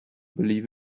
believe